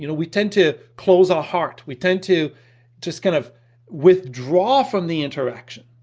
you know we tend to close our heart, we tend to just kind of withdraw from the interaction,